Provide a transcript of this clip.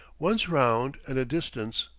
once round and a distance.